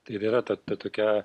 tai ir yra ta ta tokia